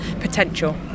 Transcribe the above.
potential